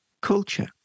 culture